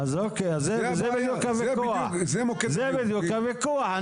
זה בדיוק הוויכוח.